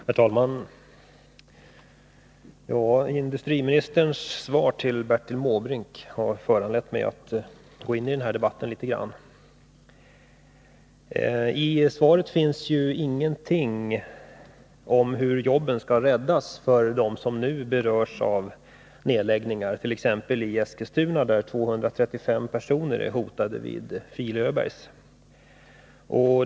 Herr talman! Industriministerns svar till Bertil Måbrink har föranlett mig att gå in i den här debatten. I svaret finns ingenting angivet om hur jobben skall räddas för dem som nu berörs av nedläggningar, t.ex. i Eskilstuna där 235 personer är hotade vid Öbergs Filar.